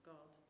God